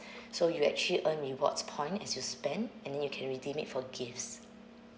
so you actually earn rewards points as you spend and then you can redeem it for gifts